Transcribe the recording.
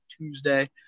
Tuesday